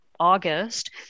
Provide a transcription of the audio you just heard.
August